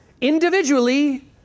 Individually